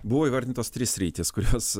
buvo įvardintos trys sritys kurios